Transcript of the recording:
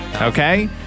Okay